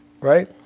Right